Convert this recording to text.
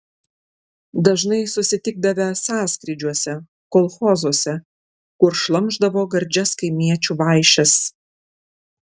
dažnai susitikdavę sąskrydžiuose kolchozuose kur šlamšdavo gardžias kaimiečių vaišes